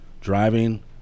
driving